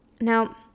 Now